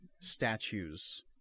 statues